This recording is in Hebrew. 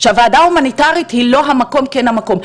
שהוועדה ההומניטארית היא לא המקום או כן המקום,